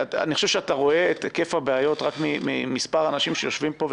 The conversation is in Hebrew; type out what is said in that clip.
אני חושב שאתה רואה את היקף הבעיות רק ממספר האנשים שיושבים פה בזום,